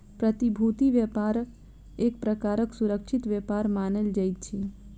प्रतिभूति व्यापार एक प्रकारक सुरक्षित व्यापार मानल जाइत अछि